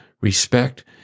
respect